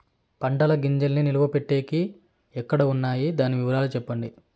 పంటల గింజల్ని నిలువ పెట్టేకి పెట్టేకి ఎక్కడ వున్నాయి? దాని వివరాలు సెప్పండి?